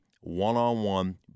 one-on-one